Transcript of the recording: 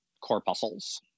corpuscles